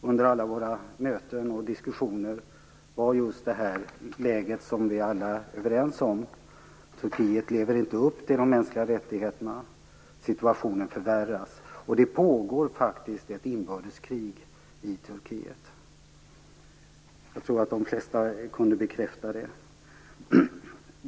Under alla våra möten och diskussioner fick vi just bekräftat det som alla är överens om, nämligen att Turkiet inte lever upp till de mänskliga rättigheterna. Situationen förvärras. Det pågår faktiskt ett inbördeskrig i Turkiet. Jag tror att de flesta kunde bekräfta det.